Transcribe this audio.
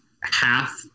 half